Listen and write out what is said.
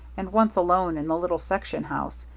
and, once alone in the little section house,